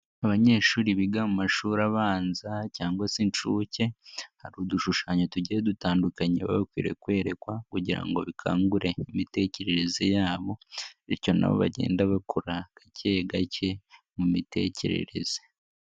Abanyeshuri biga mu mashuri abanza cyangwa se incuke hari udushushanyo tugiye dutandukanye bakwiriye kwerekwa kugira ngo bikangure imitekerereze yabo bityo nabo bagenda bakura gake gake mu mitekerereze.